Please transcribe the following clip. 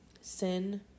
Sin